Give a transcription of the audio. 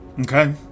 Okay